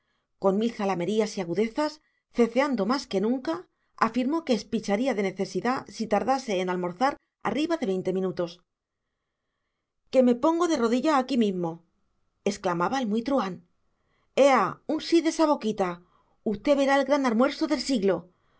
con mil zalamerías y agudezas ceceando más que nunca afirmó que espicharía de necesidad si tardase en almorzar arriba de veinte minutos que me pongo de rodillas aquí mismo exclamaba el muy truhán ea un sí de esa boquita usted verá el gran armuerso del siglo